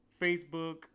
Facebook